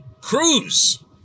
Cruz